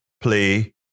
play